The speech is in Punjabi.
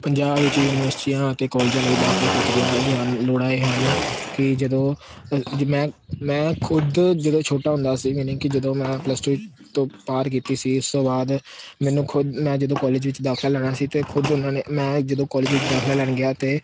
ਪੰਜਾਬ ਵਿੱਚ ਯੂਨੀਵਰਸਿਟੀਆਂ ਅਤੇ ਕੋਲਜਾਂ ਲਈ ਦਾਖਲਾ ਪ੍ਰਕਿਰਿਆ ਇਹ ਹਨ ਲੋੜਾਂ ਇਹ ਹਨ ਕਿ ਜਦੋਂ ਮੈਂ ਮੈਂ ਖੁਦ ਜਦੋਂ ਛੋਟਾ ਹੁੰਦਾ ਸੀ ਮੀਨਿੰਗ ਕਿ ਜਦੋਂ ਮੈਂ ਪਲੱਸ ਟੂ ਤੋਂ ਪਾਰ ਕੀਤੀ ਸੀ ਉਸ ਤੋਂ ਬਾਅਦ ਮੈਨੂੰ ਖੁਦ ਮੈਂ ਜਦੋਂ ਕੋਲਜ ਵਿੱਚ ਦਾਖਲਾ ਲੈਣਾ ਸੀ ਤਾਂ ਖੁਦ ਉਹਨਾਂ ਨੇ ਮੈਂ ਜਦੋਂ ਕੋਲਜ ਵਿੱਚ ਦਾਖਲਾ ਲੈਣ ਗਿਆ ਤਾਂ